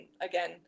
again